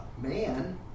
Man